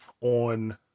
on